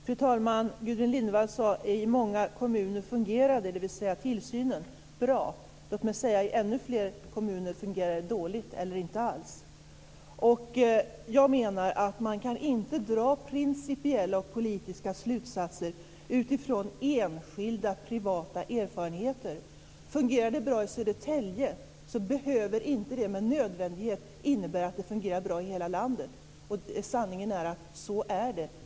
Fru talman! Gudrun Lindvall sade att tillsynen inte fungerade bra i många kommuner. Låt mig säga att i ännu fler kommuner fungerar den dåligt eller inte alls. Man kan inte dra principiella och politiska slutsatser utifrån enskilda, privata erfarenheter. Fungerar det bra i Södertälje behöver det med nödvändighet inte innebära att det fungerar bra i hela landet. Sanningen är att så är det.